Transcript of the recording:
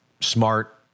smart